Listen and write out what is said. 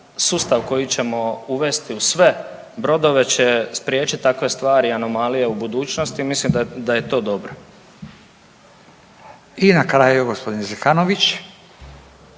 sustav koji ćemo uvesti u sve brodove će spriječit takve stvari, anomalije u budućnosti, mislim da je to dobro. **Radin, Furio